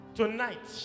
tonight